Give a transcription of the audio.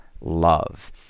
love